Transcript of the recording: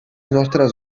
nostres